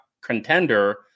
contender